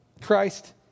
Christ